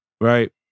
Right